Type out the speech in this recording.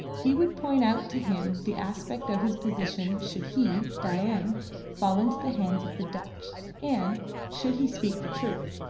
he would point out to him the aspect of his position should he dain fall into the hands of the dutch and should he speak the truth.